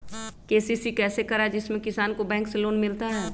KCC कैसे कराये जिसमे किसान को बैंक से लोन मिलता है?